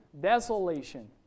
desolation